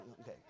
Okay